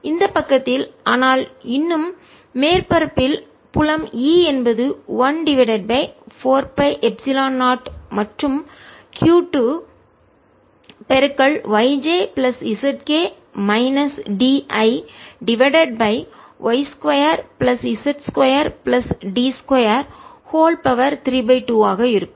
எனவே இந்த பக்கத்தில் ஆனால் இன்னும் மேற்பரப்பில் புலம் E என்பது 1 டிவைடட் பை 4 பை எப்சிலன் 0 மற்றும் q 2 yj plus zk minus di divided by y 2 plus z 2 plus d 2 3 2 ஆக இருக்கும்